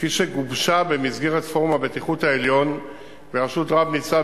כפי שגובשה במסגרת פורום הבטיחות העליון בראשות רב-ניצב